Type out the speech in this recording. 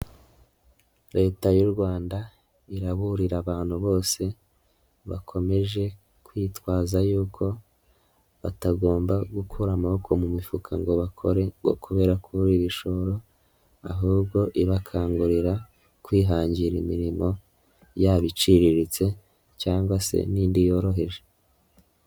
Leta y'u Rwanda iraburira abantu bose bakomeje kwitwaza yuko batagomba gukura amaboko mu mifuka ngo bakore ngo kubera kubura ibishoro ahubwo ibakangurira kwihangira imirimo yaba iciriritse cyangwa se n'indi yoroheje.